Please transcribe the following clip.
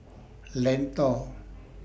Lentor